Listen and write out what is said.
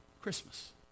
christmas